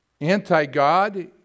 anti-God